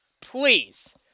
Please